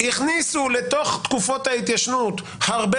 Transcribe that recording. הכניסו לתוך תקופות ההתיישנות הרבה